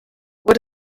what